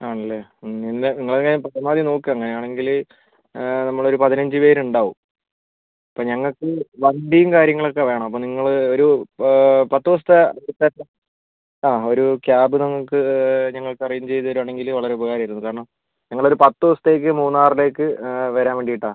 ആണല്ലെ ഇന്ന് നിങ്ങൾ ഇങ്ങനെ പരമാവധി നോക്ക് അങ്ങനെ ആണെങ്കിൽ നമ്മൾ ഒരു പതിനഞ്ച് പേർ ഉണ്ടാവും അപ്പം ഞങ്ങൾക്ക് വണ്ടിയും കാര്യങ്ങൾ ഒക്കെ വേണം അപ്പം നിങ്ങൾ ഒരു പത്ത് ദിവസത്തെ ആ ഒരു ക്യാബ് നമുക്ക് ഞങ്ങൾക്ക് അറേഞ്ച് ചെയ്ത് തരുവാണെങ്കിൽ വളരെ ഉപകാരം ആയിരുന്നു കാരണം ഞങ്ങൾ ഒരു പത്ത് ദിവസത്തേക്ക് മൂന്നാറിലേക്ക് വരാൻ വേണ്ടീട്ടാണ്